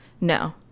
No